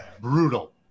brutal